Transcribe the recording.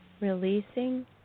releasing